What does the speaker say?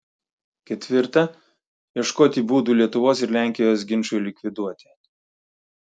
ketvirta ieškoti būdų lietuvos ir lenkijos ginčui likviduoti